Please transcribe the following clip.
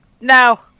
No